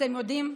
אתם יודעים,